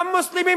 גם מוסלמים,